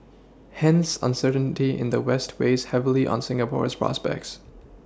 hence uncertainty in the west weighs heavily on Singapore's prospects